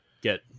get